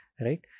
right